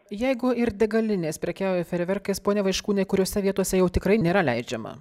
jeigu ir degalinės prekiauja fejerverkais pone vaiškūnai kuriose vietose jau tikrai nėra leidžiama